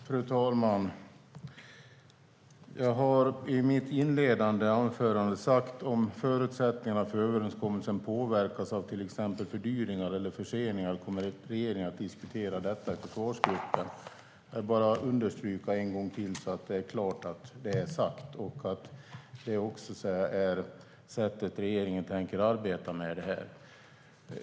Fru talman! Jag har i mitt inledande anförande sagt att om förutsättningarna för överenskommelsen påverkas av till exempel fördyringar eller förseningar kommer regeringen att diskutera detta i försvarsgruppen. Låt mig understryka detta en gång till så att det är klart att det är sagt och att det är sättet regeringen tänker arbeta med detta.